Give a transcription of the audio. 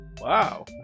Wow